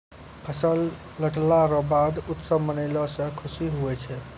फसल लटला रो बाद उत्सव मनैलो से खुशी हुवै छै